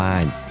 Mind